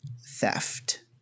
theft